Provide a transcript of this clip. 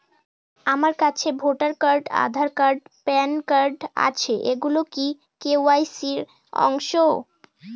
আমার কাছে voter card Aadhaar card PAN card আছে এগুলো কি কে.ওয়াই.সি র অংশ?